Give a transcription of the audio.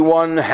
one